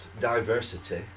diversity